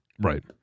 right